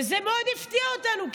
וזה מאוד הפתיע אותנו,